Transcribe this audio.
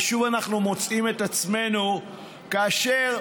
ושוב אנחנו מוצאים את עצמנו כאשר,